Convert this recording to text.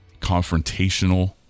confrontational